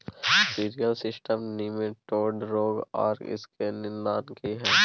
Cereal system nematode रोग आर इसके निदान की हय?